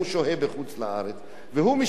והוא משלם את דמי הביטוח הלאומי,